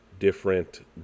different